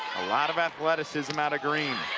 a lot of athleticism out of green.